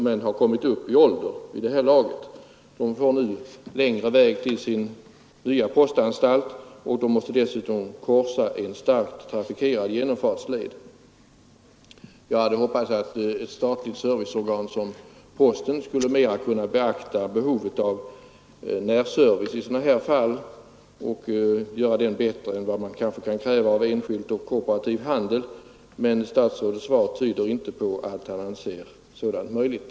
De har vid det här laget kommit upp i ålder. De får nu längre väg till sin nya postanstalt, och de måste dessutom korsa en starkt trafikerad genomfartsled. Jag hade hoppats att ett statligt serviceföretag som posten skulle mera kunna beakta behovet av närservice i sådana här fall och göra den bättre än vad man kanske kan kräva av enskild och kooperativ handel. Men statsrådets svar tyder inte på att han anser att något sådant är möjligt.